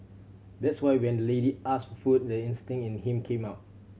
that's why when the lady asked for food the instinct in him came out